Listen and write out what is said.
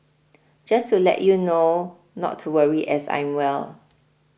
just to let you know not to worry as I'm well